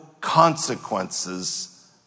consequences